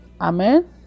Amen